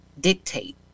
dictate